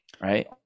Right